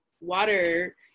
water